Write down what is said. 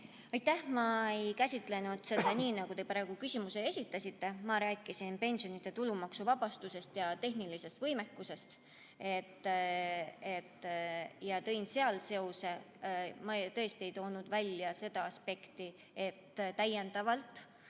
Ma ei käsitlenud seda nii, nagu te praegu küsisite. Ma rääkisin pensionide tulumaksuvabastusest ja tehnilisest võimekusest ja tõin seal seose. Ma tõesti ei toonud välja seda aspekti, et täiendavalt,